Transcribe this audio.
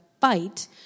fight